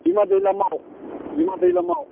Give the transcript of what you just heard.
बिमा दैलामाव बिमा दैलामाव